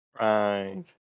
Right